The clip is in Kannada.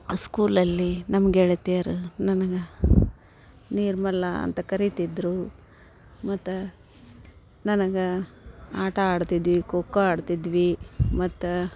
ಸ್ಕೂಲಲ್ಲಿ ನಮ್ಮ ಗೆಳತಿಯರು ನನಗೆ ನಿರ್ಮಲಾ ಅಂತ ಕರೀತಿದ್ದರು ಮತ್ತು ನನಗೆ ಆಟ ಆಡ್ತಿದ್ವಿ ಖೊ ಖೋ ಆಡ್ತಿದ್ವಿ ಮತ್ತು